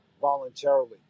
voluntarily